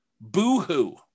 Boo-hoo